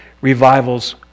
revivals